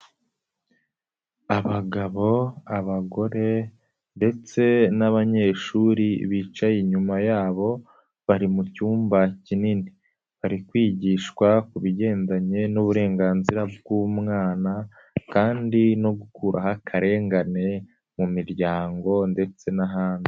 Abagabo, abagore ndetse n'abanyeshuri bicaye inyuma yabo bari mu cyumba kinini, bari kwigishwa ku bigendanye n'uburenganzira bw'umwana kandi no gukuraho akarengane mu miryango ndetse n'ahandi.